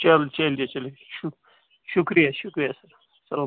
چلو چَلیے چلیے شُک شُکریہ شُکریہ چلو